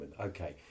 okay